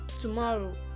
tomorrow